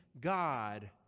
God